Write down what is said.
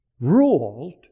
ruled